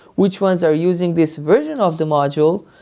which ones are using this version of the module?